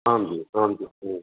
आं जि आं जि